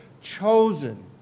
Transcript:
chosen